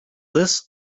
this